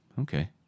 okay